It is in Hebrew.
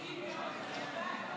ההצעה להעביר את הצעת